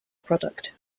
product